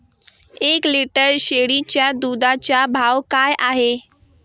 एक लिटर शेळीच्या दुधाचा भाव काय आहे?